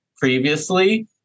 previously